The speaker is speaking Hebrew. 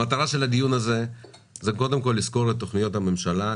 המטרה של הדיון הזה היא קודם כול לסקור את תוכניות הממשלה,